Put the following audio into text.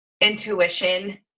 intuition